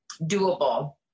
doable